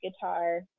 guitar